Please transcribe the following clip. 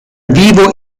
vivo